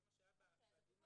זה מה שהיה בדיון הקודם.